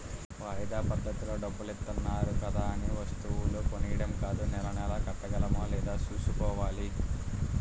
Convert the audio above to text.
వాయిదా పద్దతిలో డబ్బులిత్తన్నారు కదా అనే వస్తువులు కొనీడం కాదూ నెలా నెలా కట్టగలమా లేదా సూసుకోవాలి